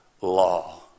law